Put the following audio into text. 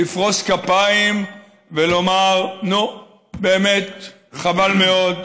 לפרוס כפיים ולומר: נו, באמת חבל מאוד,